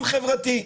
זה דרוויניזם חברתי.